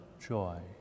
joy